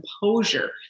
composure